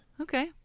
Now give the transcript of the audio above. okay